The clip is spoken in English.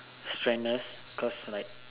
strenuous because like